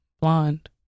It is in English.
blonde